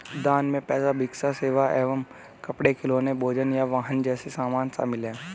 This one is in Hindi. दान में पैसा भिक्षा सेवाएं या कपड़े खिलौने भोजन या वाहन जैसे सामान शामिल हैं